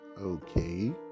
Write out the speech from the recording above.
okay